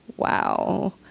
Wow